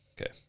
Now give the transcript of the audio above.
Okay